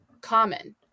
common